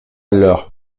leur